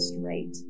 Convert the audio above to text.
rate